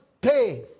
pay